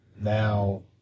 Now